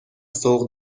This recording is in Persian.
سوق